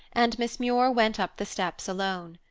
and miss muir went up the steps alone.